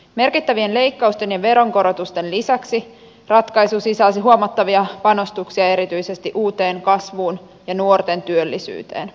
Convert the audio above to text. merkittävien leikkausten ja veronkorotusten lisäksi ratkaisu sisälsi huomattavia panostuksia erityisesti uuteen kasvuun ja nuorten työllisyyteen